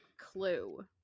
clue